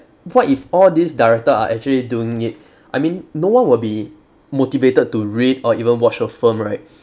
what if all these director are actually doing it I mean no one will be motivated to read or even watch a film right